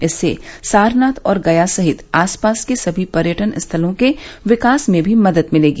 इससे सारनाथ और गया सहित आसपास के सभी पर्यटन स्थलों के विकास में भी मदद मिलेगी